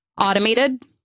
automated